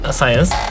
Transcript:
Science